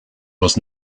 was